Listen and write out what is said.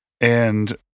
And-